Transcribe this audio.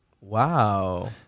Wow